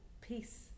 peace